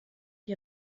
die